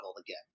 again